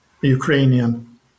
Ukrainian